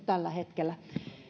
tällä hetkellä